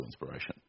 inspiration